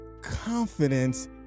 confidence